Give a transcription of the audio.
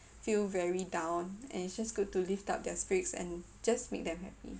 feel very down and its just good to lift up their spirits and just make them happy